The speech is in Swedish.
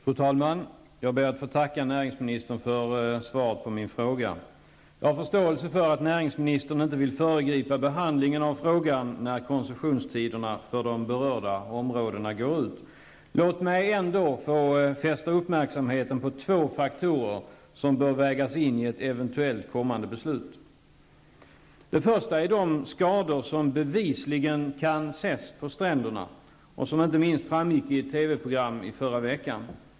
Fru talman! Jag ber att få tacka näringsministern för svaret på min fråga. Jag har förståelse för att näringsministern inte vill föregripa behandlingen av frågan när koncessionstiderna för de berörda områdena går ut. Låt mig ändå få fästa uppmärksamheten på två faktorer som bör vägas in i ett eventuellt kommande beslut. Den första är de skador som bevisligen kan ses på stränderna och som inte minst framgick av ett TV program i förra veckan.